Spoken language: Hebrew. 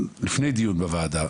לפני דיון בוועדה,